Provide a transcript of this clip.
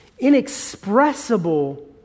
inexpressible